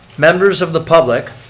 members of the public,